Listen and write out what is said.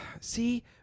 See